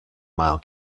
mile